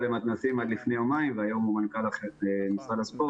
למתנ"סים עד לפני יומיים והיום הוא מנכ"ל משרד הספורט.